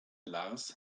lars